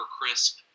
crisp